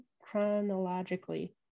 chronologically